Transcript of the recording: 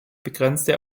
begrenzte